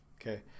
Okay